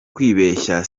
kwibeshya